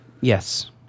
Yes